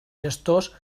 gestors